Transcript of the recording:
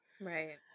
Right